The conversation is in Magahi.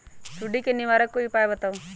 सुडी से निवारक कोई उपाय बताऊँ?